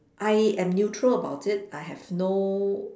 I am neutral about it I have no